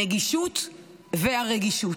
הנגישות והרגישות.